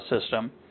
system